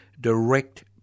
direct